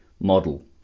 model